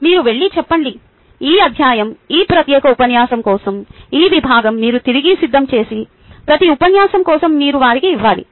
మీరు వెళ్లి చెప్పండి ఈ అధ్యాయం ఈ ప్రత్యేక ఉపన్యాసం కోసం ఈ విభాగం మీరు తిరిగి సిద్ధం చేసి ప్రతి ఉపన్యాసం కోసం మీరు వారికి ఇవ్వాలి